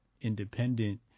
independent